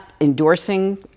endorsing